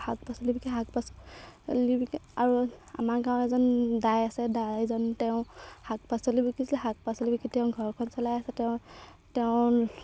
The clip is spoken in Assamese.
শাক পাচলি বিকে শাক পাচলি বিকে আৰু আমাৰ গাঁৱৰ এজন দাই আছে দাইজন তেওঁ শাক পাচলি বিকিছিলে শাক পাচলি বিকি তেওঁ ঘৰখন চলাই আছে তেওঁ